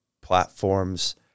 platforms